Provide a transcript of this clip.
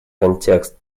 контекст